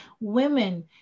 Women